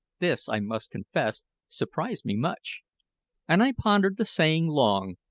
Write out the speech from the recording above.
this, i must confess, surprised me much and i pondered the saying long,